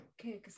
Okay